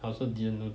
I also didn't know